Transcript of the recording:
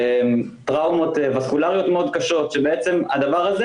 טראומות וסקולריות מאוד קשות שבעצם הדבר הזה